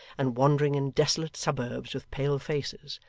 and wandering in desolate suburbs with pale faces,